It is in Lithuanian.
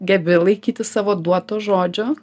gebi laikytis savo duoto žodžio